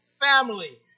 family